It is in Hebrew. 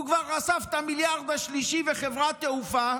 הוא כבר אסף את המיליארד השלישי בחברת תעופה,